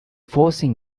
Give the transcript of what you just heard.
forcing